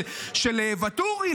של ואטורי,